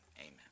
Amen